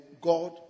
God